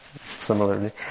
similarly